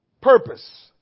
purpose